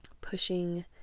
pushing